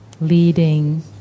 Leading